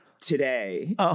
today